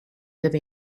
live